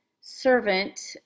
servant